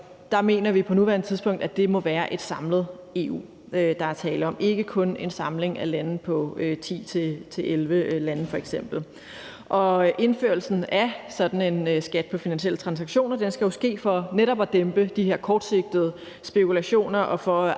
Der mener vi på nuværende tidspunkt, at det må være et samlet EU, der skal være tale om, ikke kun en samling af lande, f.eks. 10-11 lande. Indførelsen af sådan en skat på finansielle transaktioner skal jo ske for netop at dæmpe de her kortsigtede spekulationer og for at